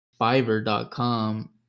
fiverr.com